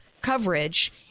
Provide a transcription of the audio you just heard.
coverage